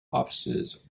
offices